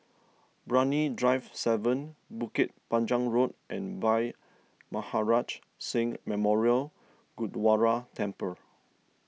Brani Drive seven Bukit Panjang Road and Bhai Maharaj Singh Memorial Gurdwara Temple